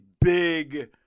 big